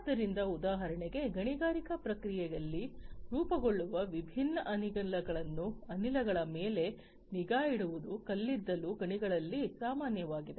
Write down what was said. ಆದ್ದರಿಂದ ಉದಾಹರಣೆಗೆ ಗಣಿಗಾರಿಕೆ ಪ್ರಕ್ರಿಯೆಯಲ್ಲಿ ರೂಪುಗೊಳ್ಳುವ ವಿಭಿನ್ನ ಅನಿಲಗಳನ್ನು ಅನಿಲಗಳ ಮೇಲೆ ನಿಗಾ ಇಡುವುದು ಕಲ್ಲಿದ್ದಲು ಗಣಿಗಳಲ್ಲಿ ಸಾಮಾನ್ಯವಾಗಿದೆ